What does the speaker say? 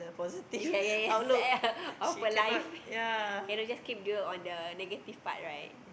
ya ya ya sad of a life cannot just keep dwell on the negative part right